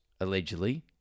allegedly